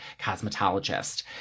cosmetologist